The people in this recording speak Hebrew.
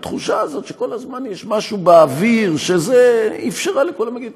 התחושה הזאת שכל הזמן יש משהו באוויר אפשרה לכולם להגיד: